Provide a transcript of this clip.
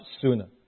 sooner